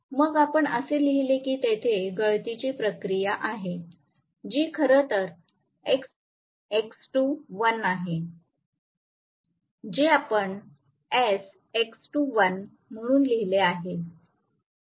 मग आपण असे लिहिले की तेथे गळतीची प्रतिक्रिया आहे जी खरं तर X2l आहे जे आपण sX2l म्हणून लिहिले आहे